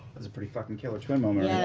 that's a pretty fucking killer twin moment, yeah